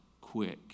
Quick